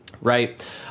Right